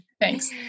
Thanks